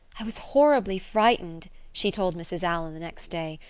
i was horribly frightened, she told mrs. allan the next day,